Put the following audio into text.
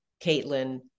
Caitlin